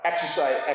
exercise